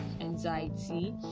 anxiety